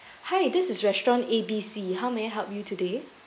hi this is restaurant A B C how may I help you today